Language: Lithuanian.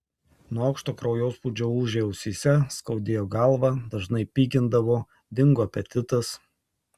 nuo aukšto kraujospūdžio ūžė ausyse skaudėjo galvą dažnai pykindavo dingo apetitas